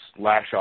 Lashoff